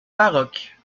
baroque